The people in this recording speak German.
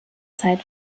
zeit